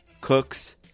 Cooks